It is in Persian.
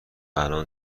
الان